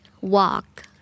Walk